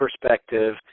perspective